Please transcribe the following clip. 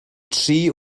tri